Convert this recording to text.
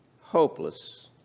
hopeless